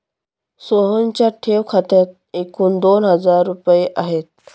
सोहनच्या ठेव खात्यात एकूण दोन हजार रुपये आहेत